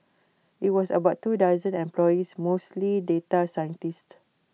IT was about two dozen employees mostly data scientists